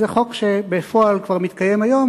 זה חוק שבפועל כבר מתקיים היום,